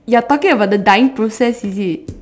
you're talking about the dying process is it